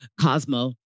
Cosmo